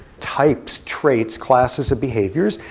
types, traits, classes of behaviors.